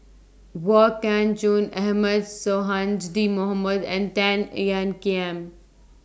Wong Kah Chun Ahmad Sonhadji Mohamad and Tan Ean Kiam